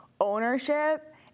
ownership